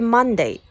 Monday